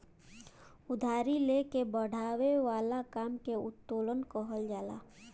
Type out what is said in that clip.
उधारी ले के बड़ावे वाला काम के उत्तोलन कहल जाला